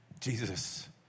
Jesus